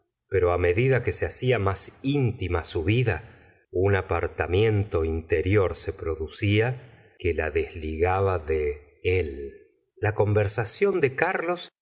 pero medida que se hacía más íntima su vida un apartamiento interior se producía que la desligaba de él la conversación de carlos